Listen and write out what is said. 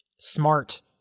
smart